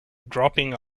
dropping